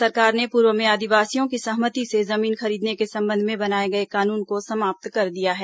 राज्य सरकार ने पूर्व में आदिवासियों की सहमति से जमीन खरीदने के संबंध में बनाए गए कानून को समाप्त कर दिया है